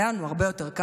היה לנו הרבה יותר קל,